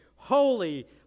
Holy